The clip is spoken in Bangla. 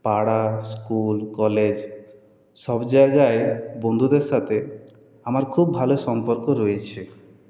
পাড়া স্কুল কলেজ সব জায়গায় বন্ধুদের সাথে আমার খুব ভালো সম্পর্ক রয়েছে